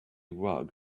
rug